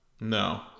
No